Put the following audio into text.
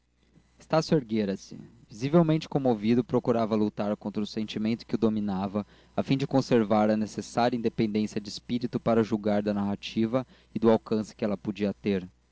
salvador estácio erguera-se visivelmente comovido procurava lutar contra o sentimento que o dominava a fim de conservar a necessária independência de espírito para julgar da narrativa e do alcance que ela podia ter